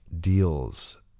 deals